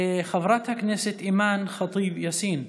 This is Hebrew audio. חבר הכנסת אימאן ח'טיב יאסין.